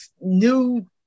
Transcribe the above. new